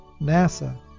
NASA